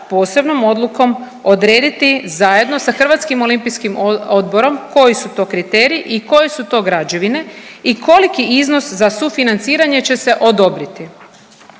posebnom odlukom odrediti zajedno sa Hrvatskim olimpijskim odborom koji su to kriteriji i koje su to građevine i koliki iznos za sufinanciranje će se odobriti.